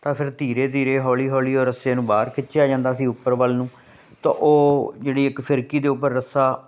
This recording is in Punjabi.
ਤਾਂ ਫਿਰ ਧੀਰੇ ਧੀਰੇ ਹੌਲੀ ਹੌਲੀ ਉਹ ਰੱਸੇ ਨੂੰ ਬਾਹਰ ਖਿੱਚਿਆ ਜਾਂਦਾ ਸੀ ਉੱਪਰ ਵੱਲ ਨੂੰ ਤਾਂ ਉਹ ਜਿਹੜੀ ਇੱਕ ਫਿਰਕੀ ਦੇ ਉੱਪਰ ਰੱਸਾ